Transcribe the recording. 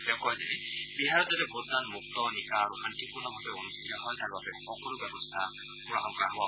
তেওঁ কয় যে বিহাৰত যাতে ভোটদান মুক্ত নিকা আৰু শান্তিপূৰ্ণভাৱে অনুষ্ঠিত হয় তাৰ বাবে সকলো ব্যৱস্থা গ্ৰহণ কৰা হ'ব